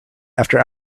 after